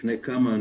לפני כמה,